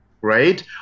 right